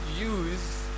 use